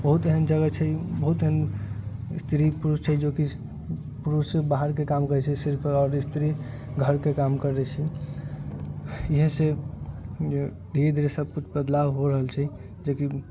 बहुत एहन जगह छै बहुत एहन स्त्री पुरुष छै जेकि पुरुष बाहरके काम करैत छै सिर्फ स्त्री घरके काम करैत छै इहे से धीरे धीरे सब किछु बदलाव हो रहल छै जेकि